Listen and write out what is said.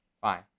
Fine